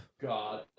God